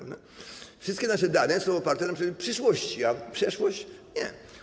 Wszystkie nasze dane są oparte na przyszłości, a przeszłość -nie.